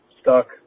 stuck